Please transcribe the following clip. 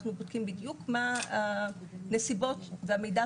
אנחנו בודקים בדיוק מה הנסיבות והמידע